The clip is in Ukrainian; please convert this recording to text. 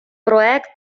проект